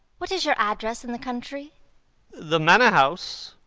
what is your address in the country the manor house,